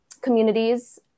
communities